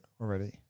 already